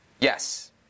Yes